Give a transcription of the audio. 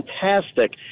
fantastic